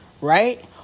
right